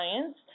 science